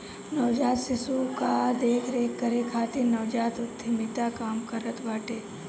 नवजात शिशु कअ देख रेख करे खातिर नवजात उद्यमिता काम करत बाटे